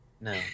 no